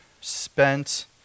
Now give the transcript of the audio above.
spent